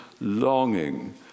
longing